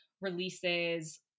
releases